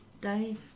Dave